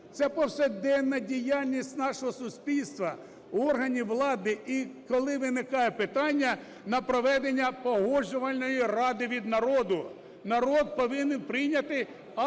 Це повсякденна діяльність нашого суспільства, органів влади, і коли виникає питання на проведення погоджувальної ради від народу, народ повинен прийняти акт,